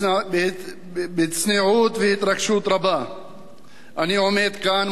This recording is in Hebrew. בצניעות ובהתרגשות רבה אני עומד כאן מולכם